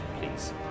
please